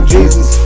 Jesus